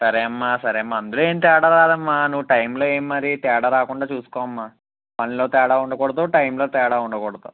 సరే అమ్మా సరే అమ్మా అందులో ఏం తేడా రాదమ్మా నువ్వు టైమ్లో ఏం మరి తేడా రాకుండా చూసుకోమ్మా పనిలో తేడా ఉండకూడదు టైమ్లో తేడా ఉండకూడదు